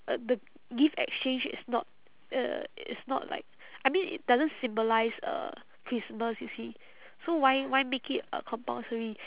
uh the gift exchange is not uh i~ it's not like I mean it doesn't symbolise uh christmas you see so why why make it uh compulsory